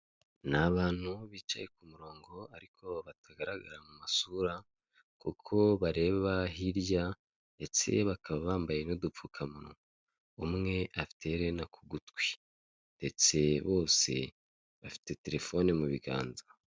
Ni abantu bicaye ku murongo ariko batagaragara mu masura, kuko bareba hirya ndetse bakaba bambaye n'udupfukamunwa. Umwe afite iherena ku gutwi ndetse bose bafite telefone mu biganza.